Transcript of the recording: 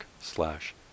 slash